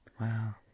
Wow